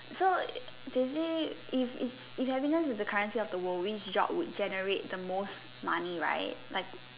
so they say if if if happiness is the currency of the world which job would generate the most money right like